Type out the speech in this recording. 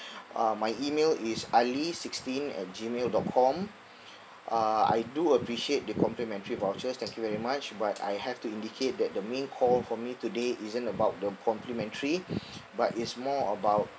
uh my email is ali sixteen at gmail dot com uh I do appreciate the complimentary vouchers thank you very much but I have to indicate that the main call for me today isn't about the complimentary but it's more about